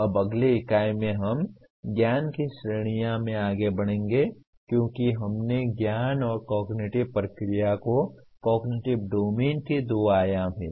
अब अगली इकाई में हम ज्ञान की श्रेणियों में आगे बढ़ेंगे क्योंकि हमने ज्ञान और कॉगनिटिव प्रक्रिया को कॉगनिटिव डोमेन के दो आयाम हैं